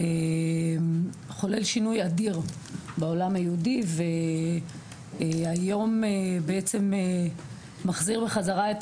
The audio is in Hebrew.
חולל שינוי אדיר בעולם היהודי והיום בעצם מחזיר בחזרה את